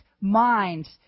minds